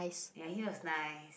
ya he was nice